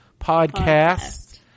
Podcast